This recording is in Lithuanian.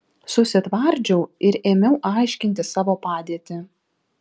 susitvardžiau ir ėmiau aiškinti savo padėtį